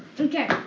Okay